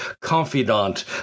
confidant